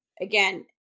again